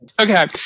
Okay